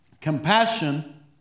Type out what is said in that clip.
Compassion